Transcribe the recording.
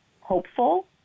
hopeful